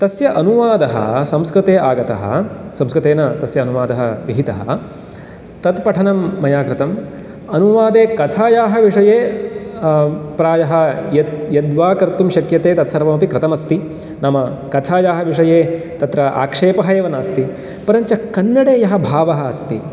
तस्य अनुवादः संस्कृते आगतः संस्कृतेन तस्य अनुवादः विहितः तत्पठनं मया कृतं अनुवादे कथायाः विषये प्रायः यद्वा कर्तुं शक्यते तत्सर्वमपि कृतमस्ति नाम कथायाः विषये तत्र आक्षेपः एव नास्ति परञ्च कन्नडे यः भावः अस्ति